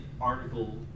article